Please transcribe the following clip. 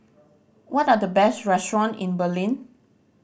what are the best restaurant in Berlin